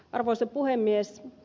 arvoisa puhemies